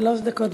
שלוש דקות.